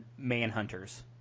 Manhunters